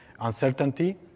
uncertainty